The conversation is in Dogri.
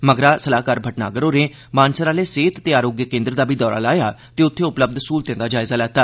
मगरा सलाहकार भटनागर होरे मानसर आह्ले सेहत ते आरोग्य केन्द्र दा बी दौरा लाया ते उत्थे उपलब्य स्हूलतें दा बी जायजा लैता